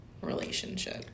relationship